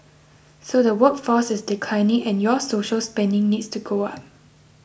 so the workforce is declining and your social spending needs to go up